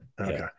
okay